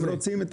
הם רוצים את